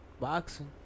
boxing